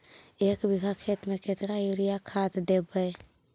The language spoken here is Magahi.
एक बिघा खेत में केतना युरिया खाद देवै?